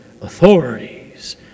authorities